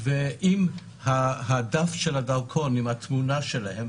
עם הדף של הדרכון עם התמונה שלהם,